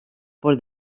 por